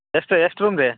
ಎಷ್ಟು ಎಷ್ಟು ರೂಮ್ ರೀ